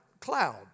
Cloud